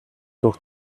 durch